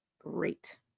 great